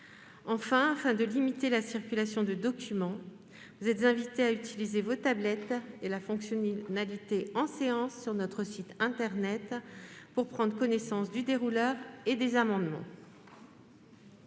Afin de limiter la circulation de documents, vous êtes invités à utiliser vos tablettes et la fonctionnalité « En séance » sur le site internet du Sénat pour prendre connaissance du dérouleur et des amendements.